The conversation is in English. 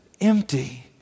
empty